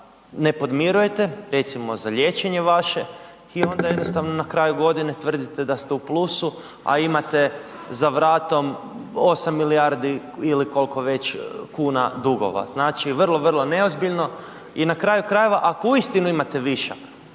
ne podmirujete, recimo za liječenje vaše i onda jednostavno na kraju godine tvrdite da ste u plusu a imate za vratom 8 milijardi ili koliko već kuna dugova. Znači vrlo, vrlo neozbiljno. I na kraju krajeva ako uistinu imate višak,